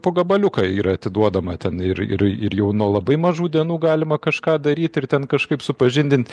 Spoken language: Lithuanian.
po gabaliuką yra atiduodama ten ir ir ir jau nuo labai mažų dienų galima kažką daryt ir ten kažkaip supažindint